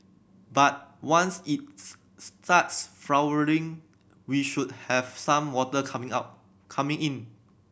but once its starts flowering we should have some water coming out coming in